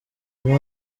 uyu